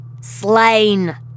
Slain